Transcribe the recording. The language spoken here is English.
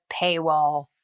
paywall